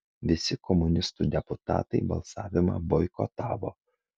visi komunistų deputatai balsavimą boikotavo